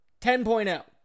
10.0